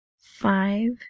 five